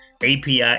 API